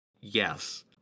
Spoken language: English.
Yes